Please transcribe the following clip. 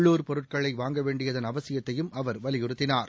உள்ளுர் பொருட்களை வாங்க வேண்டியதன் அவசியத்தையும் அவர் வலியுறுத்தினார்